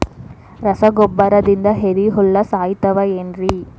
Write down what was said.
ರಸಗೊಬ್ಬರದಿಂದ ಏರಿಹುಳ ಸಾಯತಾವ್ ಏನ್ರಿ?